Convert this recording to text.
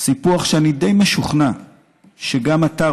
סיפוח שאני די משוכנע שגם אתה,